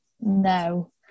No